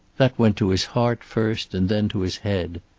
that went to his heart first, and then to his head.